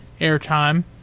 airtime